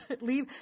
Leave